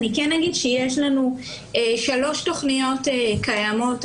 אני אגיד שיש לנו שלוש תוכניות קיימות היום,